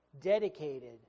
dedicated